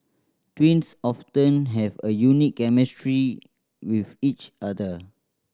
twins often have a unique chemistry with each other